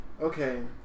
Okay